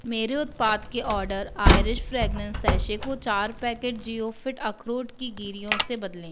मेरे उत्पाद के ऑर्डर आइरिस फ्रेग्ररेन्स शेशे को चार पैकेट ज़िओफ़ीट अखरोट की गिर्रियों से बदलें